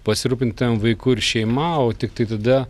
pasirūpintumėm vaiku ir šeima o tiktai tada